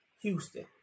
Houston